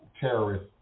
terrorist